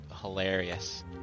hilarious